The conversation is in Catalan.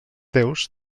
déus